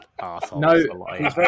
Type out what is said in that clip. No